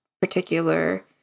particular